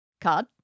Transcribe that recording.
Card